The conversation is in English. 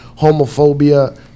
Homophobia